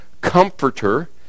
comforter